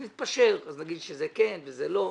נתפשר, נגיד שזה כן וזה לא.